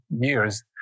years